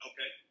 Okay